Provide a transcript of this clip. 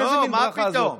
איזה מין ברכה זאת?